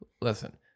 listen